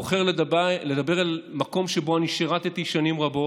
בוחר לדבר אל מקום שבו אני שירתי שנים רבות,